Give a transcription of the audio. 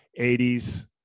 80s